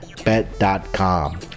Bet.com